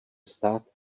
stát